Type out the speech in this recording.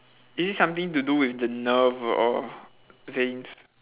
is it something to do with the nerve o~ or veins